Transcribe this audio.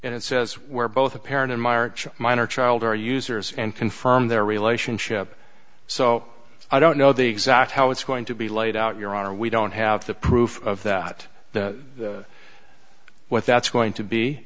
at it says we're both a parent in march minor child our users and confirm their relationship so i don't know the exact how it's going to be laid out your honor we don't have the proof that the what that's going to be